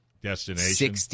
Destination